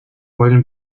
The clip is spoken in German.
wollen